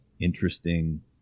interesting